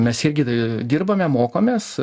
mes irgi dirbame mokomės